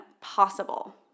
possible